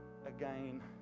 again